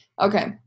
Okay